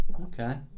Okay